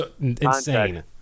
insane